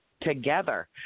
together